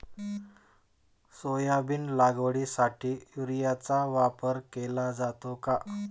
Soybean लागवडीसाठी युरियाचा वापर केला जातो का?